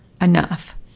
enough